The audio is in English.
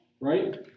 right